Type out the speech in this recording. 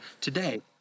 today